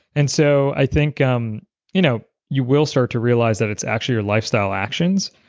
and so i think um you know you will start to realize that it's actually your lifestyle actions,